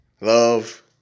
love